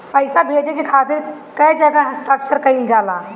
पैसा भेजे के खातिर कै जगह हस्ताक्षर कैइल जाला?